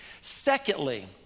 Secondly